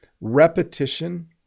Repetition